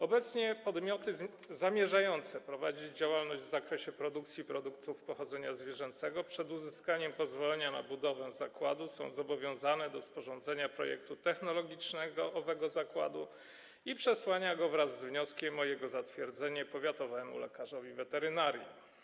Obecnie podmioty zamierzające prowadzić działalność w zakresie produkcji produktów pochodzenia zwierzęcego przed uzyskaniem pozwolenia na budowę zakładu są zobowiązane do sporządzenia projektu technologicznego owego zakładu i przesłania go wraz z wnioskiem o jego zatwierdzenie powiatowemu lekarzowi weterynarii.